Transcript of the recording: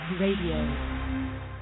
Radio